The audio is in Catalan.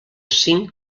cinc